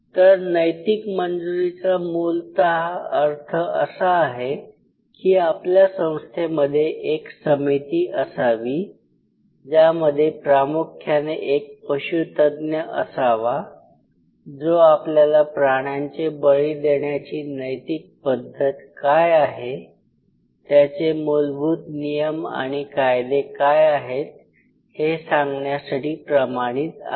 तर नैतिक मंजूरीचा मूलत अर्थ असा आहे की आपल्या संस्थेमध्ये एक समिती असावी ज्यामध्ये प्रामुख्याने एक पशूतज्ञ असावा जो आपल्याला प्राण्यांचे बळी देण्याची नैतिक पद्धत काय आहे त्याचे मूलभूत नियम आणि कायदे काय आहेत हे सांगण्यासाठी प्रमाणित आहे